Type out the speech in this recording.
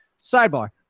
sidebar